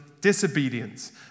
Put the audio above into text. disobedience